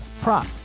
prop